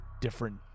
different